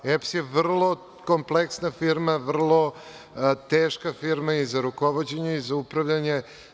EPS je vrlo kompleksna firma, vrlo teška firma i za rukovođenje i za upravljanje.